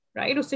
right